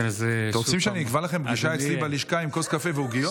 אתם רוצים שאני אקבע לכם פגישה אצלי בלשכה עם כוס קפה ועוגיות?